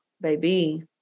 baby